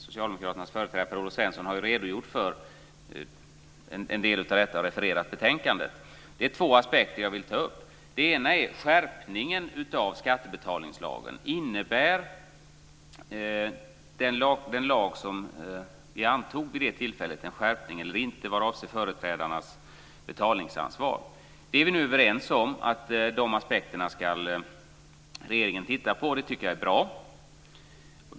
Socialdemokraternas företrädare Per-Olof Svensson har redogjort för en del av detta och refererat betänkandet. Det är två aspekter jag vill ta upp. Den ena är skärpningen av skattebetalningslagen. Innebär den lag som vi antog vid det tillfället en skärpning eller inte vad avser företrädarnas betalningsansvar? Vi är nu överens om att regeringen ska titta på de aspekterna. Det är bra.